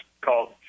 called